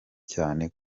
cyane